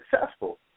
successful